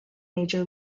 major